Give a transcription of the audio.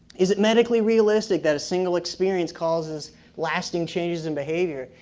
is it medically realistic that a single experience causes lasting changes in behavior.